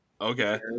okay